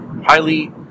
highly